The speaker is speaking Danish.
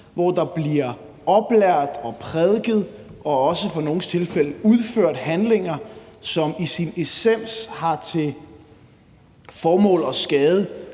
hvor der bliver oplært og prædiket og også i nogle tilfælde udført handlinger, som i sin essens har til formål at skade,